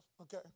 okay